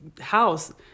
house